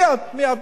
מי את בכלל?